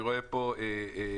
אני רואה פה בדיקה,